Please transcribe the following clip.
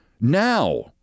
Now